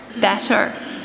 better